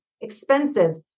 expenses